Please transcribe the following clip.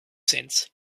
sense